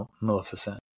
Maleficent